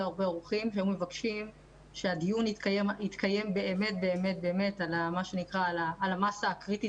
אורחים והם מבקשים שהדיון יתקיים באמת-באמת על המסה הקריטית